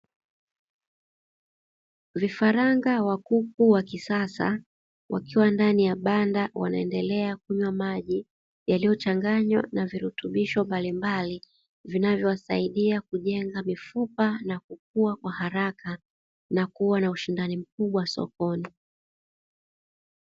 Vifaranga wa kuku wa kisasa wakiwa ndani ya banda wanaendelea kunywa maji yaliyochanganywa na virutubisho mbalimbali, vinavyowasaidia kujenga mifupa na kukua kwa haraka na kuwa na ushindani mkubwa sokoni.